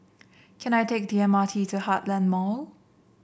can I take the M R T to Heartland Mall